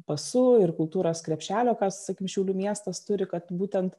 pasu ir kultūros krepšelio kas šiaulių miestas turi kad būtent